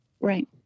Right